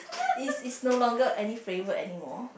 is is no longer any favorite anymore